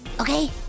okay